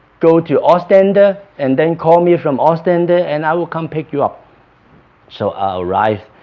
go to ostend ah and then call me from ostend and i will come pick you up so i arrived